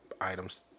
items